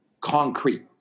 concrete